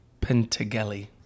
Pentageli